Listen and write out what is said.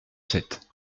sept